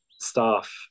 staff